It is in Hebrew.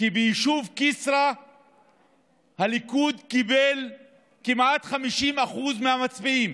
כי ביישוב כסרא הליכוד קיבל כמעט 50% מקולות המצביעים.